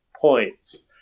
points